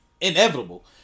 inevitable